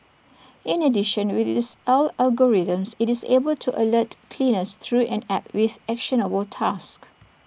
in addition with its AI algorithms IT is able to alert cleaners through an app with actionable tasks